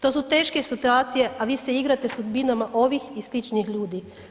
To su teške situacije, a vi se igrate sudbinama ovih i sličnih ljudi.